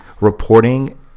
reporting